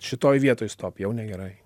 šitoj vietoj stop jau negerai